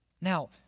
Now